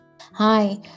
Hi